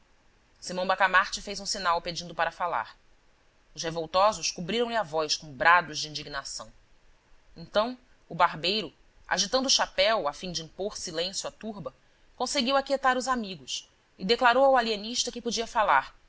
simão bacamarte fez um sinal pedindo para falar os revoltosos cobriram lhe a voz com brados de indignação então o barbeiro agitando o chapéu a fim de impor silêncio à turba conseguiu aquietar os amigos e declarou ao alienista que podia falar